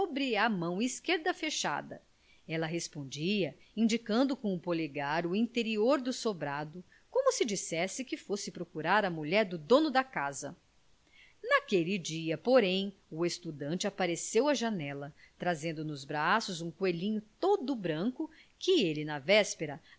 sobre a mão esquerda fechada ela respondia indicando com o polegar o interior do sobrado como se dissesse que fosse procurar a mulher do dono da casa naquele dia porém o estudante apareceu à janela trazendo nos braços um coelhinho todo branco que ele na véspera